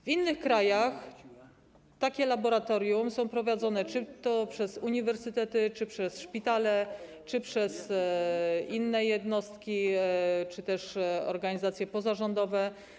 W innych krajach takie laboratoria są prowadzone czy przez uniwersytety, czy przez szpitale, czy przez inne jednostki czy też organizacje pozarządowe.